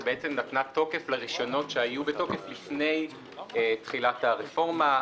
שבעצם נתנה תוקף לרישיונות שהיו בתוקף לפני תחילת הרפורמה.